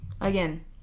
Again